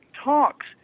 talks